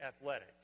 athletics